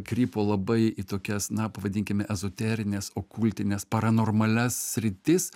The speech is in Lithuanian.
krypo labai į tokias na pavadinkime ezoterines okultines paranormalias sritis